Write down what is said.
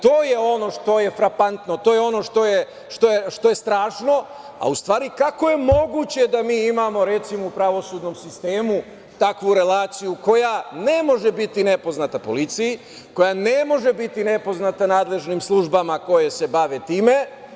To je ono što je frapantno, to je ono što je strašno, a u stvari kako je moguće da mi imamo, recimo, u pravosudnom sistemu takvu relaciju koja ne može biti nepoznata policiji, koja ne može biti nepoznata nadležnim službama koje se bave time.